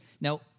Now